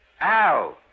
Al